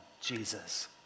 Jesus